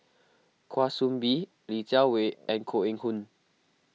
Kwa Soon Bee Li Jiawei and Koh Eng Hoon